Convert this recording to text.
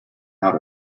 out